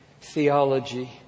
theology